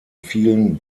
vielen